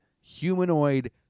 humanoid